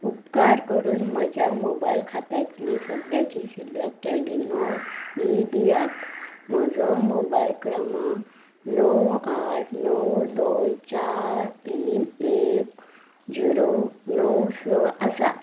उपकार करून म्हज्या मोबायल खात्यांतली सद्याची शिल्लक केल्ली नॉर ईबीआ म्हजो मोबायल क्रमांक णव आठ णव दोन चार तीन एक झिरो णव स आसा